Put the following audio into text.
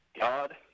God